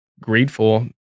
grateful